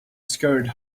scurried